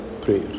prayer